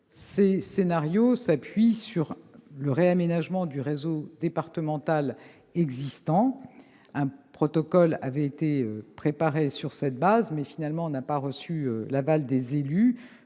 Ces scénarios s'appuient sur le réaménagement du réseau départemental existant. Un protocole avait été préparé sur cette base, mais nous n'avons pas reçu l'aval des élus,